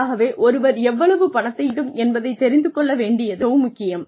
ஆகவே ஒருவர் எவ்வளவு பணத்தை ஈட்ட வேண்டும் என்பதைத் தெரிந்து கொள்ள வேண்டியது மிகவும் முக்கியம்